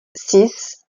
six